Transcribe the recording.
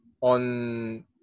on